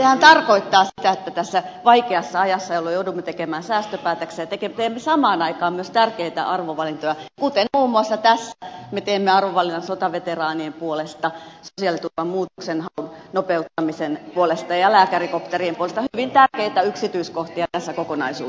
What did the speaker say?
sehän tarkoittaa sitä että tässä vaikeassa ajassa jolloin joudumme tekemään säästöpäätöksiä teemme samaan aikaan myös tärkeitä arvovalintoja kuten muun muassa tässä me teemme arvovalinnan sotaveteraanien puolesta sosiaaliturvan muutoksenhaun nopeuttamisen puolesta ja lääkärikopterien puolesta hyvin tärkeitä yksityiskohtia tässä kokonaisuudessa